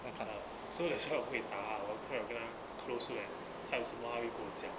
ah 所以我不可以打他 orh 看我 kena close when 他有什么还会跟我讲